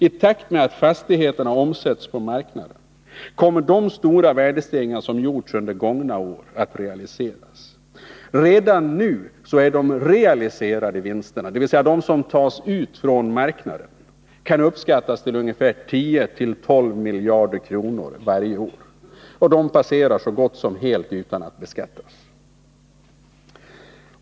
I takt med att fastigheterna omsätts på marknaden kommer de stora värdestegringar som gjorts under gångna år att realiseras. Redan nu kan de realiserade värdestegringarna på småhus uppskattas till 10-12 miljarder om året. Och de passerar så gott som helt utan att beskattas.